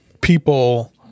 people